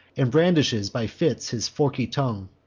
and brandishes by fits his forky tongue.